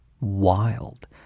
wild